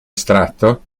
estratto